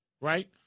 right